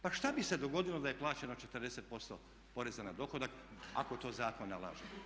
Pa što bi se dogodilo da je plaćeno 40% poreza na dohodak ako to zakon nalaže?